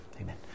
Amen